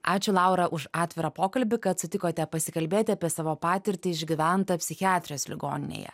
ačiū laura už atvirą pokalbį kad sutikote pasikalbėti apie savo patirtį išgyventą psichiatrijos ligoninėje